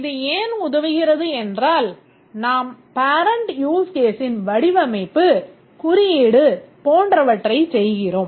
இது ஏன் உதவுகிறது என்றால் நாம் parent use caseன் வடிவமைப்பு குறியீடு போன்றவற்றைச் செய்கிறோம்